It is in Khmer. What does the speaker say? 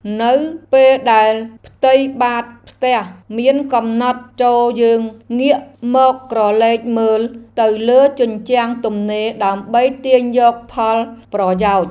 នៅពេលដែលផ្ទៃបាតផ្ទះមានកំណត់ចូរយើងងាកមកក្រឡេកមើលទៅលើជញ្ជាំងទំនេរដើម្បីទាញយកផលប្រយោជន៍។